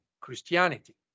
Christianity